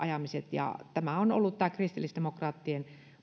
yhteenajamiset tämä on ollut kristillisdemokraattien